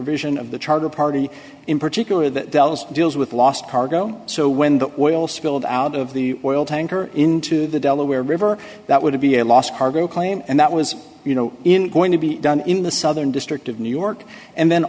provision of the charter party in particular that deals with last cargo so when the oil spilled out of the oil tanker into the delaware river that would be a last cargo claim and that was you know in going to be done in the southern district of new york and then